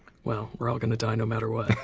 well, we're all going to die no matter what.